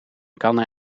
kannen